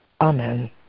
Amen